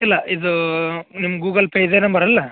ಇಲ್ಲ ಇದೂ ನಿಮ್ಮ ಗೂಗಲ್ ಪೇ ಇದೆ ನಂಬರ್ ಅಲ್ಲ